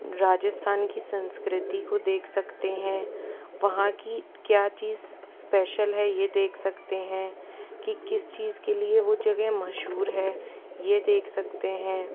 राजस्थान की संस्कृति को देख सकते हैं वहाँ की क्या चीज़ स्पेशल है यह देख सकते हैं कि किस चीज़ के लिए वो जगह मशहूर है यह देख सकते हैं